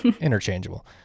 interchangeable